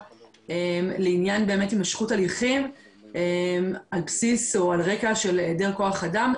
לעניין הימשכות הליכים על רקע של היעדר כוח אדם.